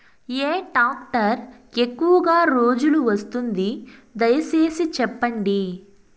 ఏ tractor ఎక్కువగా రోజులు వస్తుంది, దయసేసి చెప్పండి?